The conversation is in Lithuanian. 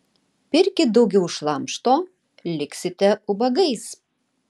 pirkit daugiau šlamšto liksite ubagais